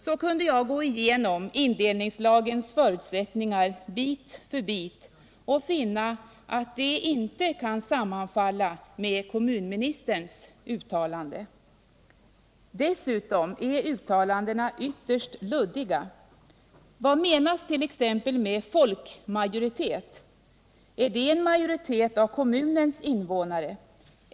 Så kunde jag gå igenom indelningslagens förutsättningar bit för bit och finna att de inte kan sammanfalla med kommunministerns uttalande. Dessutom är uttalandena ytterst ”luddiga”. Vad menas t.ex. med folkmajoritet? Är det en majoritet av kommunens invånare?